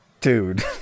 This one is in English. Dude